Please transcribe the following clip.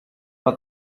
but